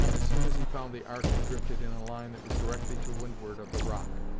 as soon as he found the ark had drifted in a line that was directly to windward of the rock.